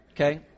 Okay